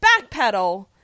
backpedal